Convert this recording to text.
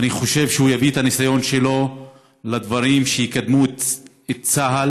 ואני חושב שהוא יביא את הניסיון שלו לדברים שיקדמו את צה"ל